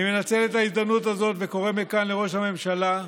אני מנצל את ההזדמנות הזאת וקורא מכאן לראש הממשלה,